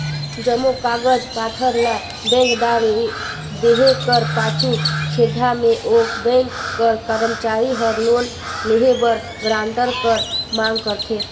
जम्मो कागज पाथर ल बेंकदार ल देहे कर पाछू छेदहा में ओ बेंक कर करमचारी हर लोन लेहे बर गारंटर कर मांग करथे